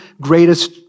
greatest